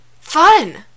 fun